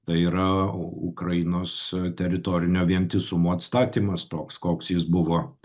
tai yra ukrainos teritorinio vientisumo atstatymas toks koks jis buvo